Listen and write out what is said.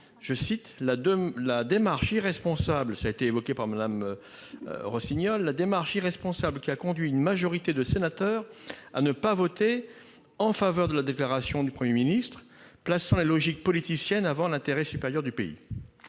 regrettant « la démarche irresponsable qui a conduit une majorité de sénateurs à ne pas voter en faveur de la déclaration du Premier ministre plaçant la logique politicienne avant l'intérêt supérieur du pays.